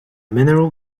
mineral